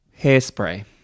Hairspray